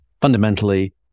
fundamentally